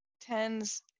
Ten's